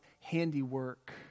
handiwork